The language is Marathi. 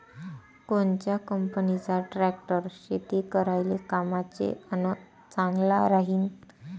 कोनच्या कंपनीचा ट्रॅक्टर शेती करायले कामाचे अन चांगला राहीनं?